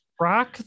Rock